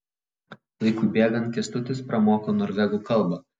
laikui bėgant kęstutis pramoko norvegų kalbą